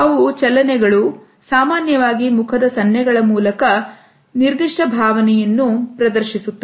ಅವು ಚಲನೆಗಳು ಸಾಮಾನ್ಯವಾಗಿ ಮುಖದ ಸನ್ನೆಗಳ ಮೂಲಕ ನಿರ್ದಿಷ್ಟ ಭಾವನೆಯನ್ನು ಪ್ರದರ್ಶಿಸುತ್ತವೆ